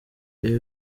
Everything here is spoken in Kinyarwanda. ibyo